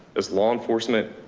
as law enforcement,